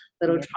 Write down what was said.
little